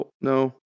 no